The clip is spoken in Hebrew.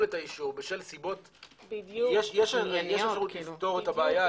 אותו בשל סיבות יש אפשרות לפתור את הבעיה,